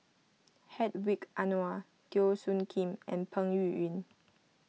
Hedwig Anuar Teo Soon Kim and Peng Yuyun